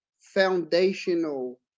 Foundational